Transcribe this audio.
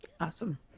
Awesome